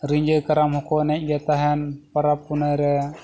ᱨᱤᱸᱡᱷᱟᱹ ᱠᱟᱨᱟᱢ ᱦᱚᱸᱠᱚ ᱮᱱᱮᱡ ᱜᱮ ᱛᱟᱦᱮᱸᱫ ᱯᱚᱨᱚᱵᱽ ᱯᱩᱱᱟᱹᱭ ᱨᱮ